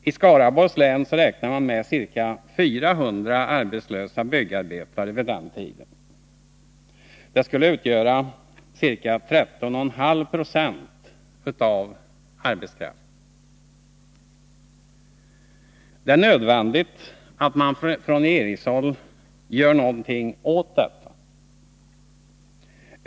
I Skaraborgs län räknar man med ca 400 arbetslösa byggarbetare vid den tiden. De skulle utgöra ca 13,5 96 av arbetskraften. Det är nödvändigt att man från regeringshåll gör något åt detta.